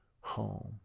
home